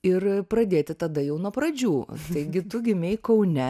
ir pradėti tada jau nuo pradžių taigi tu gimei kaune